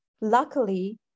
Luckily